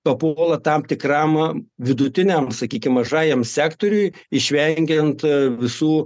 papuola tam tikram vidutiniam sakykim mažajam sektoriui išvengiant visų